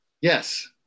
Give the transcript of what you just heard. Yes